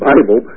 Bible